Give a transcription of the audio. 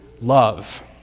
love